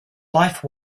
life